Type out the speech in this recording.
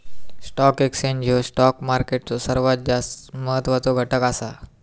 stock exchange ह्यो stock मार्केटचो सर्वात महत्वाचो घटक असा